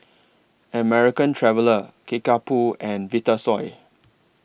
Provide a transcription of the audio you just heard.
American Traveller Kickapoo and Vitasoy